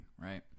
right